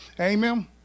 Amen